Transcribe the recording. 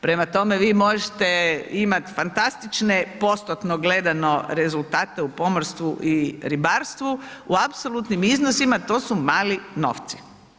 Prema tome, vi možete imati fantastične postotno gledano rezultate u pomorstvu i ribarstvu, u apsolutnim iznosima, to su mali novci.